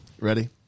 ready